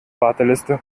warteliste